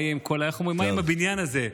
מה יהיה עם הבניין הזה.